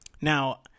Now